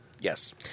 Yes